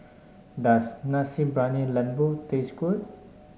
does Nasi Briyani Lembu taste good